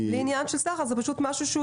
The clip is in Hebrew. זה לא עניין של סחר אלא זה פשוט משהו שהוא